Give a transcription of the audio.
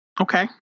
Okay